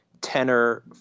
tenor